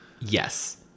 Yes